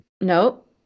nope